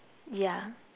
yeah